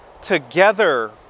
together